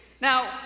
Now